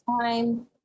time